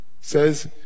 says